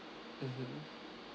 mmhmm